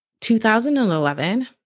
2011